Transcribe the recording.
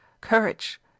Courage